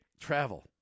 travel